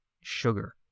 sugar